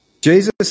Jesus